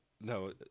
No